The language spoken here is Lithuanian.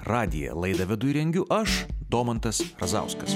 radiją laidą vedu ir rengiu aš domantas razauskas